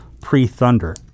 pre-Thunder